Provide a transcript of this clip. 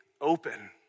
open